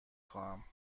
خواهم